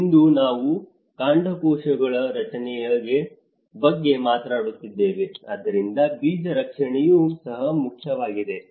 ಇಂದು ನಾವು ಕಾಂಡಕೋಶಗಳ ರಕ್ಷಣೆಯ ಬಗ್ಗೆ ಮಾತನಾಡುತ್ತಿದ್ದೇವೆ ಆದ್ದರಿಂದ ಬೀಜ ರಕ್ಷಣೆಯು ಸಹ ಮುಖ್ಯವಾಗಿದೆ